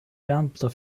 beamter